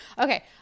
Okay